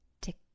Tick